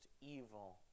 evil